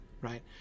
right